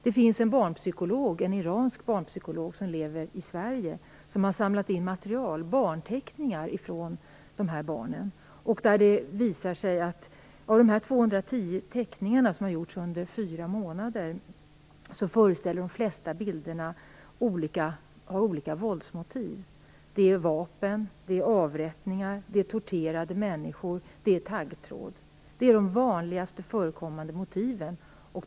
Det finns en iransk barnpsykolog, som lever i Sverige, som har samlat in material, bl.a. teckningar, från dessa barn. Det visar sig att de flesta av de 210 teckningar som har gjorts under fyra månader har olika våldsmotiv. Det är vapen, avrättningar, torterade människor och taggtråd. Det är de vanligast förekommande motiven.